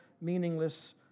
meaningless